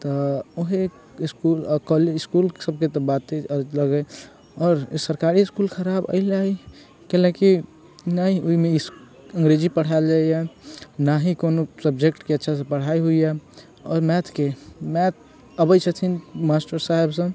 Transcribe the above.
तऽ उहै school college school सभके तऽ बाते अलग है आओर सरकारी इसकुल खराब एहि लेल अछि किएक कि ने ओहिमे अंग्रेजी पढ़ायल जाइए ने ही कोनो सब्जैक्टके अच्छासँ पढ़ाइ होइए आओर मैथके मैथ अबै छथिन मास्टर साहेब सभ